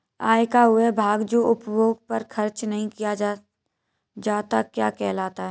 आय का वह भाग जो उपभोग पर खर्च नही किया जाता क्या कहलाता है?